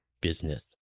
business